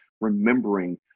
remembering